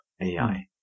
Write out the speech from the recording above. AI